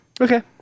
Okay